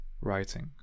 writing